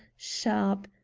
sharp,